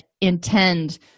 intend